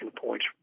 points